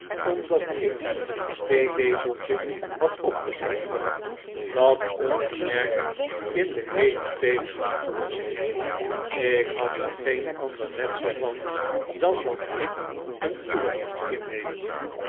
omdat ik een theelepeltje had opgedronken dat ongemerkt in de heete thee was opgelost ik had er geen ander letsel van dan dat ik een poeder moest innemen